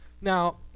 now